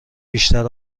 بیشتر